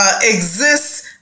exists